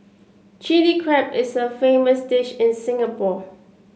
Chilli Crab is a famous dish in Singapore